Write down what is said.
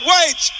Wait